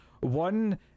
one